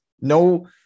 no